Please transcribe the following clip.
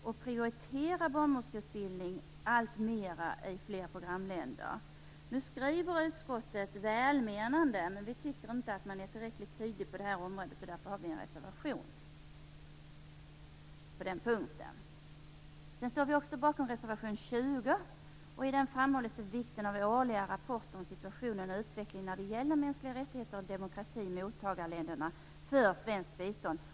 Barnmorskeutbildning bör därför prioriteras alltmer i fler programländer. Utskottet skriver också välmenande om detta område, men vi i Centerpartiet tycker inte att det är tillräckligt tydligt. Därför har vi en reservation på den punkten. Centern står också bakom reservation 20. I den framhålls vikten av årliga rapporter om situationen och utvecklingen när det gäller mänskliga rättigheter och demokrati i mottagarländerna för svenskt bistånd.